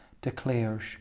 declares